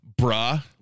bruh